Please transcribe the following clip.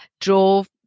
drove